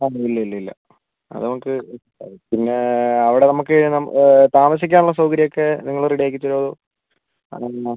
ആ ഇല്ല ഇല്ല ഇല്ല അത് നമുക്ക് പിന്നെ അവിടെ നമുക്ക് താമസിക്കാനുള്ള സൗകര്യം ഒക്കെ നിങ്ങൾ റെഡി ആക്കി തരുമോ അത് എന്താണ്